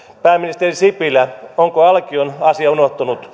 pääministeri sipilä onko alkion asia unohtunut